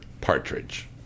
Partridge